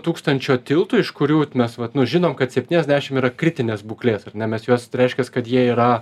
tūkstančio tiltų iš kurių mes vat nu žinom kad septyniasdešim yra kritinės būklės ar ne mes juos reiškias kad jie yra